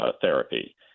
therapy